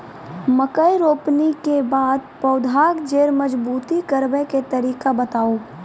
मकय रोपनी के बाद पौधाक जैर मजबूत करबा के तरीका बताऊ?